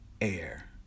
air